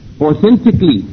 authentically